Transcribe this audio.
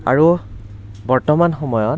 আৰু বৰ্তমান সময়ত